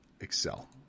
Excel